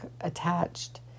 Attached